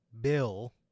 Bill